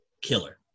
killer